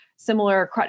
similar